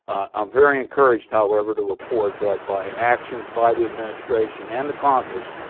um very encouraged, however, to report that by actions by the administration and the congress,